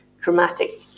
dramatic